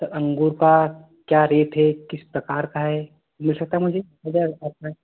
sir अंगूर का क्या रेट है किस प्रकार का है मिल सकता है मुझे